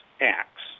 acts